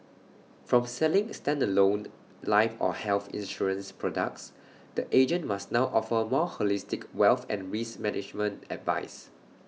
from selling standalone life or health insurance products the agent must now offer more holistic wealth and risk management advice